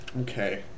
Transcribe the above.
Okay